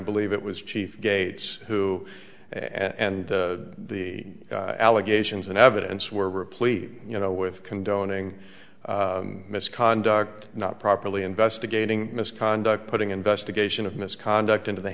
believe it was chief gates who and the allegations in evidence were a plea you know with condoning misconduct not properly investigating misconduct putting investigation of misconduct into the